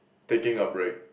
taking a break